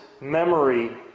memory